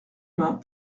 mains